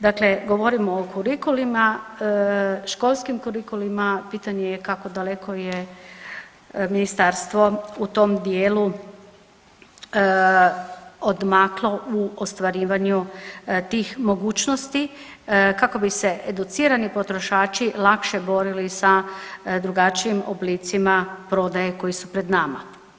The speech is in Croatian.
Dakle, govorimo o kurikulima, školskim kurikulima, pitanje je kako daleko je ministarstvo u tom dijelu odmaklo u ostvarivanju tih mogućnosti kako bi se educirani potrošači lakše borili sa drugačijim oblicima prodaje koji su pred nama.